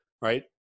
right